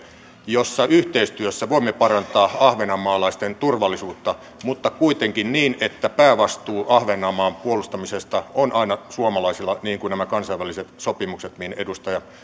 jossa yhteistyössä voimme parantaa ahvenanmaalaisten turvallisuutta mutta kuitenkin niin että päävastuu ahvenanmaan puolustamisesta on aina suomalaisilla niin kuin nämä kansainväliset sopimukset mihin edustaja